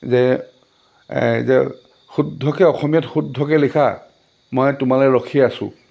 যে যে শুদ্ধকৈ অসমীয়াত শুদ্ধকৈ লিখা মই তোমালৈ ৰখি আছো